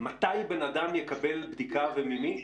מתי בן אדם יקבל בדיקה וממי?